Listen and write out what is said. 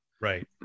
Right